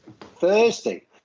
Thursday